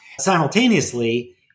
Simultaneously